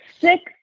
six